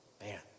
Man